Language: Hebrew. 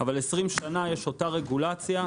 במשך 20 שנים יש אותה רגולציה,